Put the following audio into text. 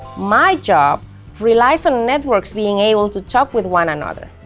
my job relies on networks being able to talk with one another,